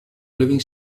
living